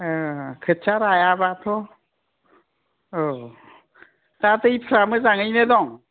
खोथिया रायाबाथ' औ दा दैफ्रा मोजाङै दं